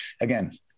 again